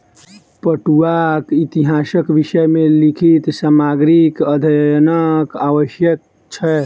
पटुआक इतिहासक विषय मे लिखित सामग्रीक अध्ययनक आवश्यक छै